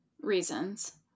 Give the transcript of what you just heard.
reasons